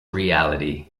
reality